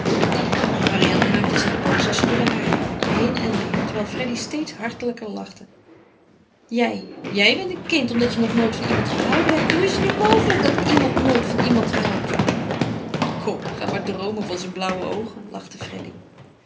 marianne maakte zich boos en schudde haar heen en weêr terwijl freddy steeds hartelijker lachte jij jij bent een kind omdat je nog nooit van iemand gehouden hebt hoe is het nu mogelijk dat iemand nooit van iemand houdt kom ga maar droomen van zijn blauwe oogen lachte